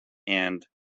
and